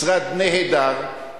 משרד נהדר,